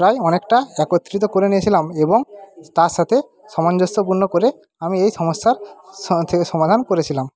প্রায় অনেকটা একত্রিত করে নিয়েছিলাম এবং তার সাথে সামঞ্জস্যপূর্ণ করে আমি এই সমস্যার সমাধান করেছিলাম